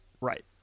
right